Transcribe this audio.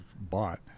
bought